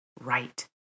right